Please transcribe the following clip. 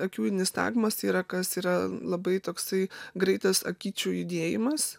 akių nistagmos yra kas yra labai toksai greitas akyčių judėjimas